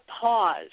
pause